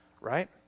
right